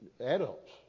adults